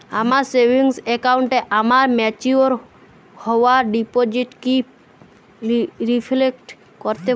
আমার সেভিংস অ্যাকাউন্টে আমার ম্যাচিওর হওয়া ডিপোজিট কি রিফ্লেক্ট করতে পারে?